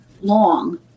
long